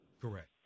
Correct